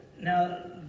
Now